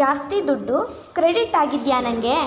ಜಾಸ್ತಿ ದುಡ್ಡು ಕ್ರೆಡಿಟ್ ಆಗಿದೆಯಾ ನನಗೆ